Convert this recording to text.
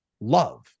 love